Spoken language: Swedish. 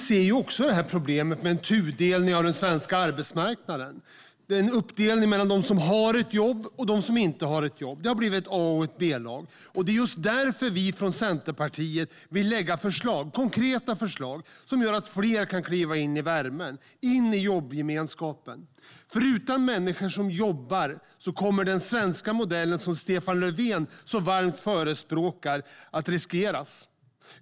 Herr talman! Vi ser problemet med en tudelning av den svenska arbetsmarknaden, en uppdelning mellan dem som har jobb och dem som inte har jobb. Det har blivit ett A-lag och ett B-lag. Därför vill vi från Centerpartiet lägga fram konkreta förslag som gör att fler kan kliva in i värmen, in i jobbgemenskapen. Utan människor som jobbar kommer den svenska modellen, som Stefan Löfven så varmt förespråkar, att riskeras.